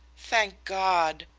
thank god!